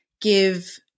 give